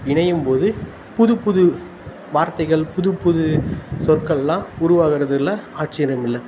இணையும்போது புதுப்புது வார்த்தைகள் புதுப்புது சொற்களெல்லாம் உருவாகிறதில் ஆச்சரியமில்லே